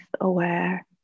aware